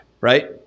Right